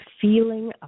feeling